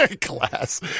class